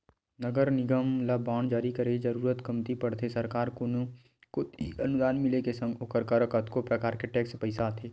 नगर निगम ल बांड जारी करे के जरुरत कमती पड़थे सरकार कोती अनुदान मिले के संग ओखर करा कतको परकार के टेक्स पइसा आथे